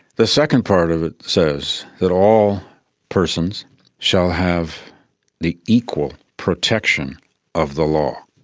the second part of it says that all persons shall have the equal protection of the law.